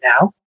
now